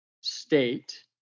state